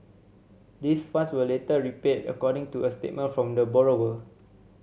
this funds were later repaid according to a statement from the borrower